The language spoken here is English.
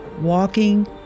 walking